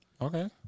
Okay